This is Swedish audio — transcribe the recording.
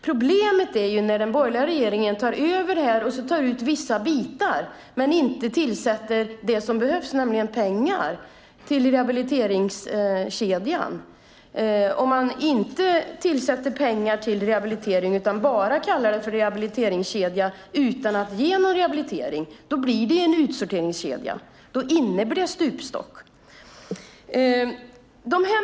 Problemet är att den borgerliga regeringen, när de tar över, tar ut vissa bitar men inte tillför det som behövs, nämligen pengar till rehabiliteringskedjan. Om man inte tillför pengar till rehabilitering utan bara kallar det för rehabiliteringskedja utan att ge någon rehabilitering blir det en utsorteringskedja. Då innebär det stupstock.